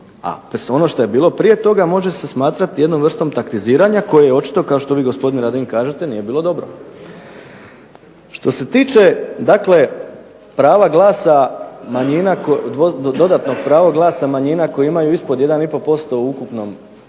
ono što je bilo prije toga može se smatrati jednom vrstom taktiziranja koje je očito kao što vi gospodine Radin kažete nije bilo dobro. Što se tiče, dakle prava glasa manjina, dodatnog